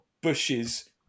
bushes